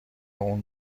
اون